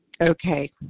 Okay